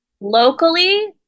Locally